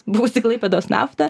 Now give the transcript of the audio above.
buvusi klaipėdos nafta